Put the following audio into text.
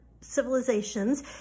civilizations